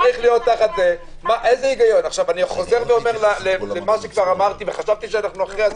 אני חוזר ואומר וחשבתי שאנחנו אחרי זה